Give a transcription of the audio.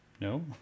No